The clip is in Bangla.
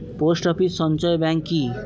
পোস্ট অফিস সঞ্চয় ব্যাংক কি?